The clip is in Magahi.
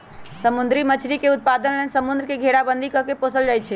समुद्री मछरी के उत्पादन लेल समुंद्र के घेराबंदी कऽ के पोशल जाइ छइ